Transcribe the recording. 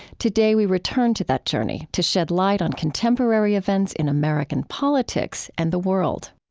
today, we return to that journey to shed light on contemporary events in american politics and the world